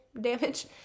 damage